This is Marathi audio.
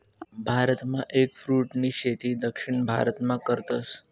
भारतमा एगफ्रूटनी शेती दक्षिण भारतमा करतस